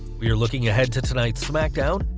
we're looking ahead to tonight's smackdown,